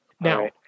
Now